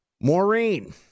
Maureen